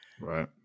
Right